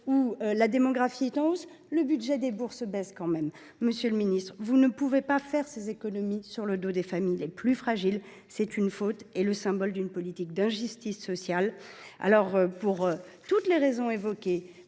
la démographie est en hausse, mais le budget des bourses baisse tout de même. Monsieur le ministre, vous ne pouvez pas faire de telles économies sur le dos des familles les plus fragiles ; c’est une faute et le symbole d’une politique d’injustice sociale. Pour toutes les raisons évoquées